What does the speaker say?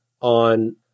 on